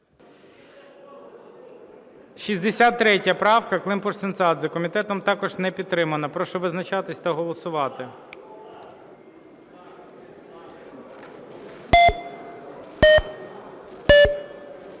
63 правка, Климпуш-Цинцадзе. Комітетом також не підтримана. Прошу визначатись та голосувати.